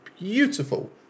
beautiful